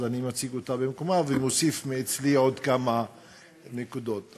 אז אני מציג אותה במקומה ומוסיף כמה נקודות שלי.